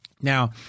Now